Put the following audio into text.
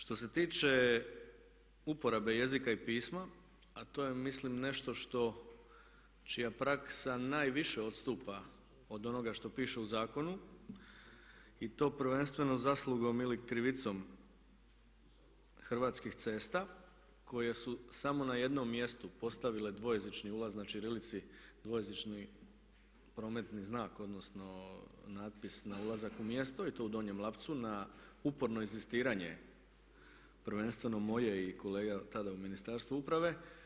Što se tiče uporabe jezika i pisma, a to je mislim nešto što, čija praksa najviše odstupa od onoga što piše u zakonu i to prvenstveno zaslugom ili krivicom Hrvatskih cesta koje su samo na jednom mjestu postavile dvojezični ulaz na ćirilici, dvojezični prometni znak, odnosno natpis na ulazak u mjesto i to u Donjem Lapcu na uporno inzistiranje, prvenstveno moje i kolega tada u ministarstvu uprave.